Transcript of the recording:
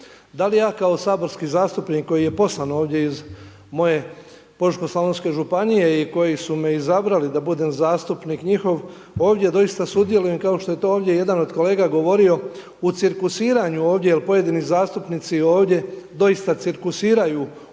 Da li ja kao saborski zastupnik koji je poslan ovdje iz moje Požeško-slavonske županije i koji su me izabrali da budem zastupnik njihov ovdje doista sudjelujem kao što je to ovdje jedan od kolega govorio u cirkusiranju ovdje jer pojedini zastupnici ovdje doista cirkusiraju u ovome